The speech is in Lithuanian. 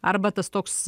arba tas toks